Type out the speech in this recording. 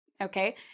okay